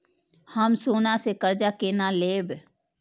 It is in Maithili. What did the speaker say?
हम सोना से कर्जा केना लैब?